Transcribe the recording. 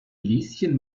lieschen